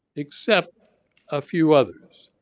except a few others.